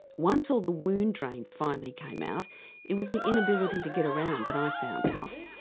once all the wound drains finally came out it was the inability to get around that i found tough.